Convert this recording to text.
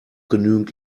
genügend